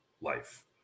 life